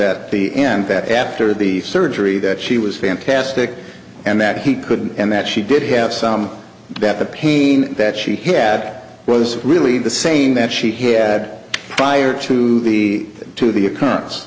at the end that after the surgery that she was fantastic and that he could and that she did have some that the pain that she had was really the same that she had prior to the to the occurrence